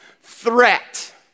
threat